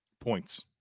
Points